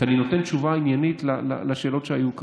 כי אני נותן תשובה עניינית על שאלות שהיו כאן.